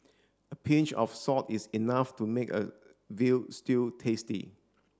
a pinch of salt is enough to make a veal stew tasty